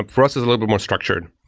for us it's a little bit more structured.